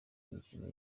imikino